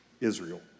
Israel